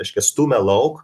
reiškia stumia lauk